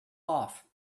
off